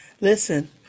Listen